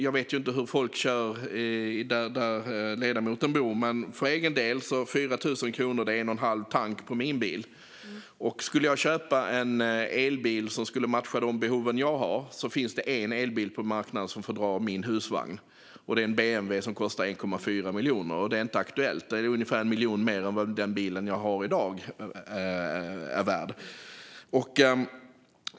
Jag vet inte hur folk kör där ledamoten bor, men för min del motsvarar 4 000 kronor en och en halv tank. Skulle jag köpa en elbil som matchar mina behov finns det bara en sådan på marknaden som kan dra min husvagn. Det är en BMW som kostar 1,4 miljoner kronor, och det är inte aktuellt. Det är ungefär 1 miljon kronor mer än vad bilen jag har i dag är värd.